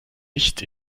nicht